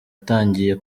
birangiye